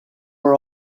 are